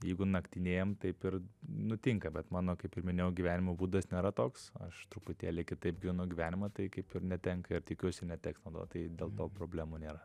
jeigu naktinėjam taip ir nutinka bet mano kaip ir minėjau gyvenimo būdas nėra toks aš truputėlį kitaip gyvenu gyvenimą tai kaip ir netenka ir tikiuosi neteks naudot tai dėl to problemų nėra